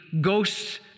ghosts